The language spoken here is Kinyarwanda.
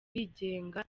yigenga